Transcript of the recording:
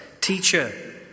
Teacher